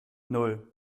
nan